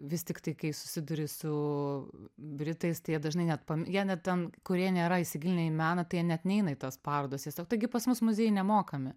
vis tiktai kai susiduri su britais tai jie dažnai net jie net ten kurie nėra įsigilinę į meną tai jie net neina į tas parodas tiesiog taigi pas mus muziejai nemokami